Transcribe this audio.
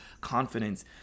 confidence